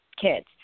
kids